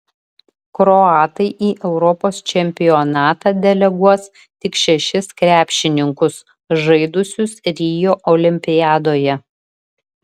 kroatai į europos čempionatą deleguos tik šešis krepšininkus žaidusius rio olimpiadoje